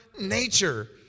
nature